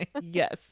Yes